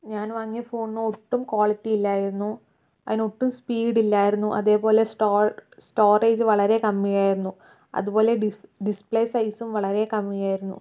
ഞാൻ വാങ്ങിയ ഫോണിന് ഒട്ടും ക്വാളിറ്റി ഇല്ലായിരുന്നു അയിനൊട്ടും സ്പീഡില്ലായിരുന്നു അതേ പോലെ സ്റ്റോറേജ് വളരെ കമ്മി ആയിരുന്നു അതേ പോലെ ഡിസ്പ്ലേ സെയ്സും വളരെ കമ്മി ആയിരുന്നു